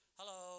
Hello